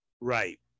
Right